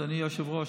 אדוני היושב-ראש,